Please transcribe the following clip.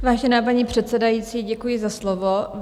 Vážená paní předsedající, děkuji za slovo.